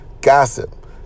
gossip